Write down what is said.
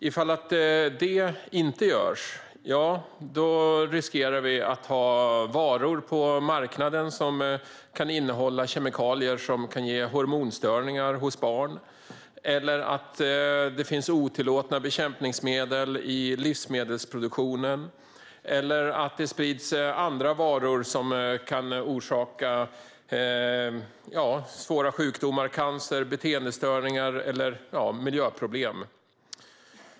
Om detta inte sker riskerar vi att ha varor på marknaden som kan innehålla kemikalier som kan ge hormonstörningar hos barn, att det finns otillåtna bekämpningsmedel i livsmedelsproduktionen eller att det sprids varor som kan orsaka svåra sjukdomar, cancer, beteendestörningar eller miljöproblem.